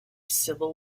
civil